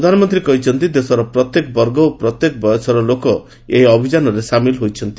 ପ୍ରଧାନମନ୍ତ୍ରୀ କହିଛନ୍ତି ଦେଶର ପ୍ରତ୍ୟେକ ବର୍ଗ ଓ ପ୍ରତ୍ୟେକ ବୟସର ଲୋକ ଏହି ଅଭିଯାନରେ ସାମିଲ୍ ହୋଇଛନ୍ତି